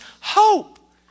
hope